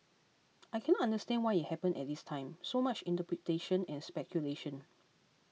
I cannot understand why it happened at this time so much interpretation and speculation